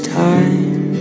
time